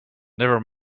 never